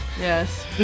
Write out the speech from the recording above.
Yes